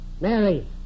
Mary